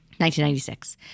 1996